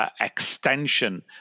extension